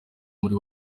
muri